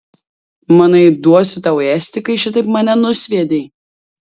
manai duosiu tau ėsti kai šitaip mane nusviedei